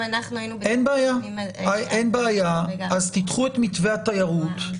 אז תדחו את מתווה התיירות,